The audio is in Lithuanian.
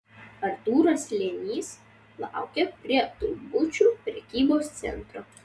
artūras slėnys laukė prie taubučių prekybos centro